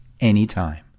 anytime